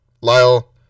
Lyle